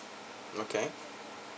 okay